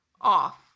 off